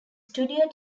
studio